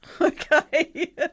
Okay